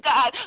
God